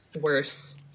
worse